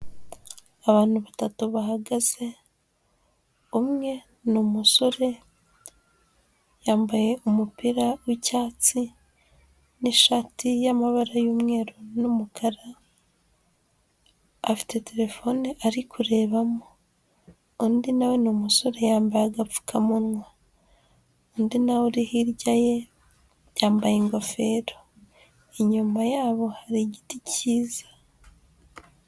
Abantu batatu bahagaze, umwe ni umusore yambaye umupira w'icyatsi, n'ishati y'amabara y'umweru n'umukara, afite terefoni ari kurebamo, undi na we ni umusore yambaye agapfukamunwa, undi na we uri hirya ye yambaye ingofero, inyuma yabo hari igiti cyiza.